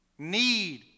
need